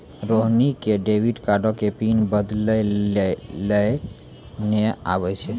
रोहिणी क डेबिट कार्डो के पिन बदलै लेय नै आबै छै